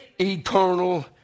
eternal